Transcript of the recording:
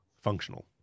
functional